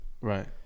right